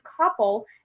couple